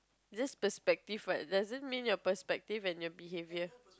this perspective right doesn't mean your perspective and your behaviour